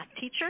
teacher